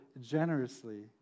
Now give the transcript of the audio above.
generously